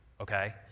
okay